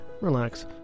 relax